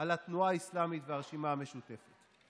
על התנועה האסלאמית והרשימה המשותפת.